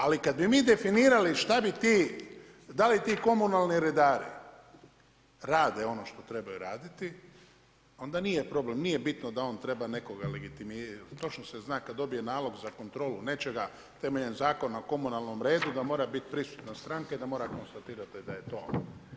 Ali kada bi mi definirali da li ti komunalni redari rade ono što trebaju raditi onda nije problem. nije bitno da on treba nekog legitimirati, točno se zna kada dobije nalog za kontrolu nečega temeljem Zakona o komunalnom redu da mora biti prisutna stranka i da mora konstatirati da je to